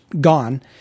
gone